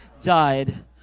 died